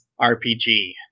RPG